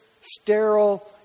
sterile